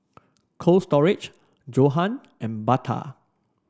Cold Storage Johan and Bata